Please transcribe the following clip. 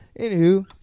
Anywho